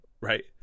Right